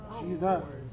Jesus